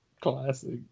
Classic